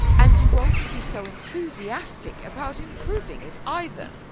and you won't be so enthusiastic about improving it either.